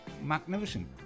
magnificent